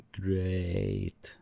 great